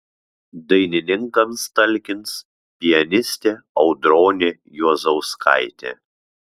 dainininkams talkins pianistė audronė juozauskaitė